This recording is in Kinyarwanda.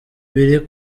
biri